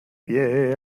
pie